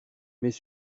mais